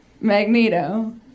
Magneto